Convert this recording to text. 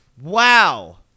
Wow